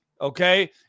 okay